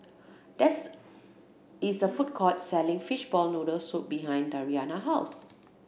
there's is a food court selling fishball noodle soup behind Dariana house